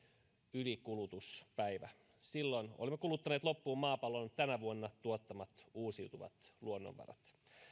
ylikulutuspäivä silloin olimme kuluttaneet loppuun maapallon tänä vuonna tuottamat uusiutuvat luonnonvarat